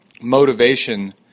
Motivation